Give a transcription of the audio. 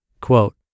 Quote